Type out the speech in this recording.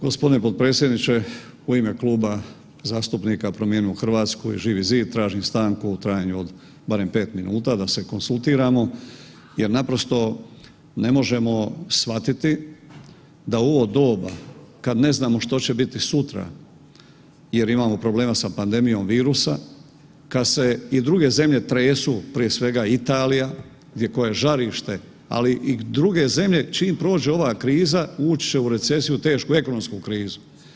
g. Potpredsjedniče, u ime Kluba zastupnika Promijenimo Hrvatsku i Živi zid tražim stanku u trajanju od barem 5 minuta da se konzultiramo jer naprosto ne možemo shvatiti da u ovo doba kad ne znamo što će biti sutra jer imamo problema sa pandemijom virusa, kad se i druge zemlje tresu, prije svega Italija gdje koje je žarište, ali i druge zemlje čim prođe ova kriza ući će u recesiju tešku, ekonomsku krizu.